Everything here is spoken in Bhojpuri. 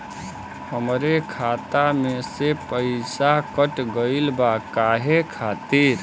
हमरे खाता में से पैसाकट गइल बा काहे खातिर?